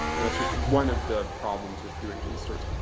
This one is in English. and that's just one of the problems with doing these sorts.